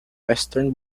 western